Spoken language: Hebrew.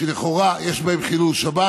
שלכאורה יש בהם חילול שבת.